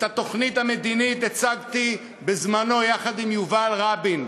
את התוכנית המדינית הצגתי בזמני יחד עם יובל רבין,